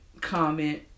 comment